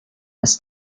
was